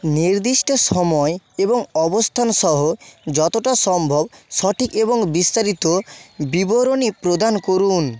নির্দিষ্ট সময় এবং অবস্থান সহ যতটা সম্ভব সঠিক এবং বিস্তারিত বিবরণী প্রদান করুন